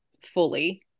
fully